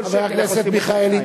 כל שקל איך עושים אותו שניים.